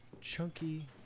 Chunky